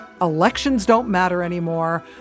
elections-don't-matter-anymore